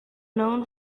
known